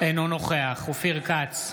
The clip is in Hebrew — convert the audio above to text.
אינו נוכח אופיר כץ,